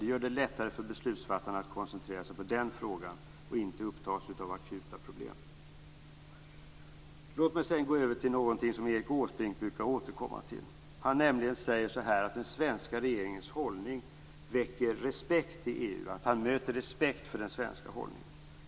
Det gör det lättare för beslutsfattarna att koncentrera sig på den frågan och inte upptas av akuta problem. Låt mig sedan gå över till något som Erik Åsbrink brukar återkomma till. Han säger att den svenska regeringens hållning väcker respekt i EU.